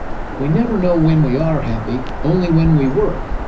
we never know when we are happy only when we were.